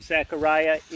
Zechariah